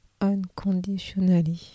unconditionally